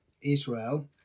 Israel